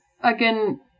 again